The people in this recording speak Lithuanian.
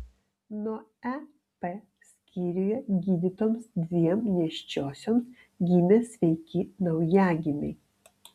nuo ep skyriuje gydytoms dviem nėščiosioms gimė sveiki naujagimiai